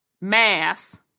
Mass